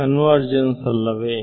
convergence ಅಲ್ಲವೇ